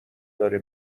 داره